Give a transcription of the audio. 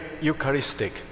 Eucharistic